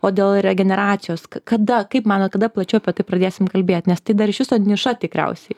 o dėl regeneracijos kada kaip manote kada plačiau apie tai pradėsim kalbėt nes tai dar iš viso niša tikriausiai